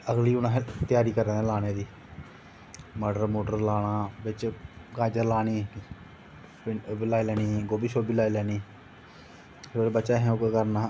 अगली हून अस त्यारी करा दे लानै दी मटर लाना बिच गाजर लानी ओह्बी लाई लैनी गोभी लाई लैनी त ओह् बचे असें केह् करना